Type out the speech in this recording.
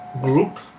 group